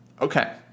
okay